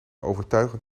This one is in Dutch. overtuigend